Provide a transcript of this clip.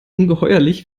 ungeheuerlich